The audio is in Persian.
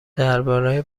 درباره